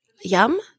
Yum